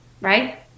right